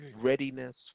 readiness